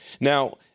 Now